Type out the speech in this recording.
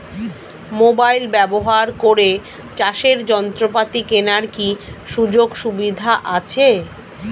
Mobile ব্যবহার করে চাষের যন্ত্রপাতি কেনার কি সুযোগ সুবিধা আছে?